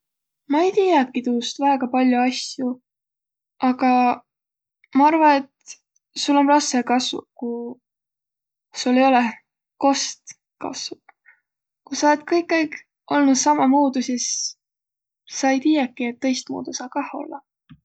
Ma-i tiiäki tuust väega pall'o asju, aga ma arva, et sul om rassõ kassuq, ku sul ei olõq, kost ku sa olõt kõikaig olnuq samamuudu, sis sa-i tiiäki, et tõistmuudu sa kah ollaq.